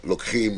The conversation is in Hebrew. לוקחים,